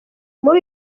muri